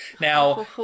Now